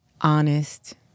honest